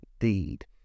indeed